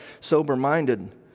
sober-minded